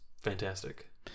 fantastic